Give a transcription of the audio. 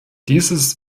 dieses